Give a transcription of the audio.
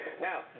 Now